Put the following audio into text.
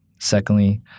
Secondly